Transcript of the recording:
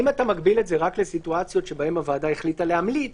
אם אתה מגביל את זה רק לסיטואציות שבהן הוועדה החליטה להמליץ